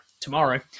tomorrow